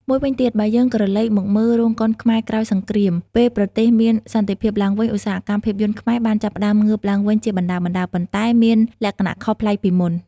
មួយវិញទៀតបើយើងក្រឡេកមកមើល រោងកុនខ្មែរក្រោយសង្គ្រាមពេលប្រទេសមានសន្តិភាពឡើងវិញ ឧស្សាហកម្មភាពយន្តខ្មែរបានចាប់ផ្ដើមងើបឡើងវិញជាបណ្ដើរៗ ប៉ុន្តែមានលក្ខណៈខុសប្លែកពីមុន។